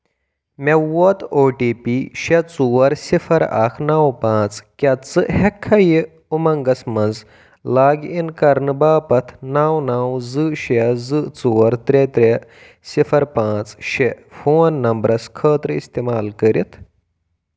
مےٚ ووت O T P شےٚ ژور صِفر اکھ نو پانٛژھ ، کیٛاہ ژٕ ہیٛکھا یہِ اُمنٛگس مَنٛز لاگ اِن کرنہٕ باپتھ نو نو زٕ شےٚ زٕ ژور ترٛےٚ ترٛےٚ سِفر پانٛژھ شےٚ فون نمبرس خٲطرٕ استعمال کٔرِتھ؟